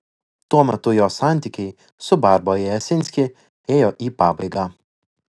tuo metu jo santykiai su barbara jasinski ėjo į pabaigą